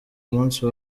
munsi